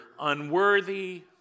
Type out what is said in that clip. unworthy